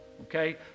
Okay